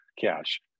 cash